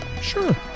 Sure